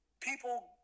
people